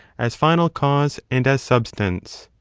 as final cause and as substance.